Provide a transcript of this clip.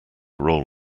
roll